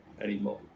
anymore